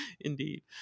Indeed